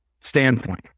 standpoint